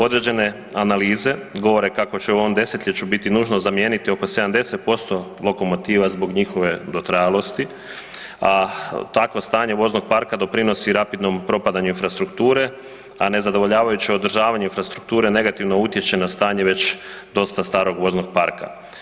Određene analize govore kako će u ovom desetljeću biti nužno zamijeniti oko 70% lokomotiva zbog njihove dotrajalosti a takva stanja voznog parka doprinosi rapidnog propadanju infrastrukture a nezadovoljavajuće održavanje infrastrukture negativno utječe na stanje već dosta starog voznog parka.